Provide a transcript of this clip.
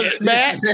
Matt